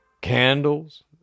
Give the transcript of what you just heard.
candles